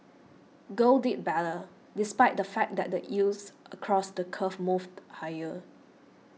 gold did better despite the fact that the yields across the curve moved higher